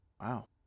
Wow